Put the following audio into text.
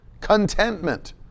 Contentment